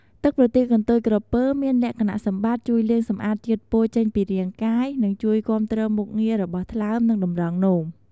ទឹកប្រទាលកន្ទុយក្រពើមានលក្ខណៈសម្បត្តិជួយលាងសម្អាតជាតិពុលចេញពីរាងកាយ និងជួយគាំទ្រមុខងាររបស់ថ្លើម និងតម្រងនោម។